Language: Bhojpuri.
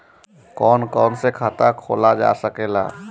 कौन कौन से खाता खोला जा सके ला?